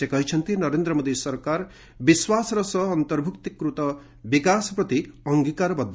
ସେ କହିଛନ୍ତି ନରେନ୍ଦ୍ର ମୋଦି ସରକାର ବିଶ୍ୱାସର ସହ ଅନ୍ତର୍ଭୁକ୍ତିକୃତ ବିକାଶ ପ୍ରତି ଅଙ୍ଗୀକାରବଦ୍ଧ